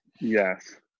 Yes